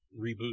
reboot